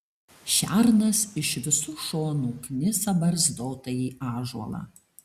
šernas iš visų šonų knisa barzdotąjį ąžuolą